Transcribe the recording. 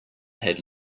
had